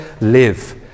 live